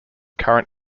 current